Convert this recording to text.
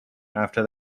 after